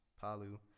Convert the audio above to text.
Palu